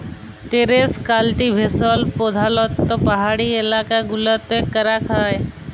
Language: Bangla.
টেরেস কাল্টিভেশল প্রধালত্ব পাহাড়ি এলাকা গুলতে ক্যরাক হ্যয়